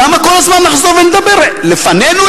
כמה כל הזמן נחזור ונדבר: לפנינו,